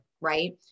Right